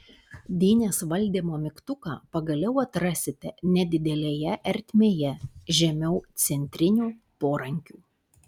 dynės valdymo mygtuką pagaliau atrasite nedidelėje ertmėje žemiau centrinių porankių